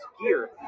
gear